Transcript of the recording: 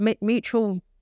mutual